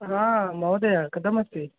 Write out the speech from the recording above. हा महोदय कथमस्ति